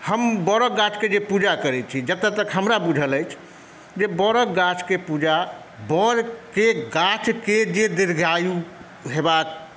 हम वरक गाछके जे पूजा करैछी जतऽ तक हमरा बूझल अछि जे वरक गाछके पूजा वरके गाछके जे दीर्घायु हेबाक